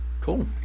Cool